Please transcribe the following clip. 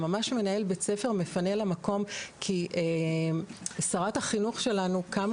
שממש מנהל בית ספר מפנה לה מקום כי שרת החינוך שלנו קמה